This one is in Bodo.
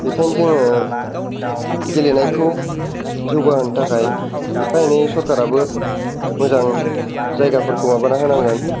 बेखायनो जोङो गेलेनायखौ जौगाहोनो थाखाय एफा एनै सरकाराबो मोजां जायगाफोरखौ माबाना होनांगोन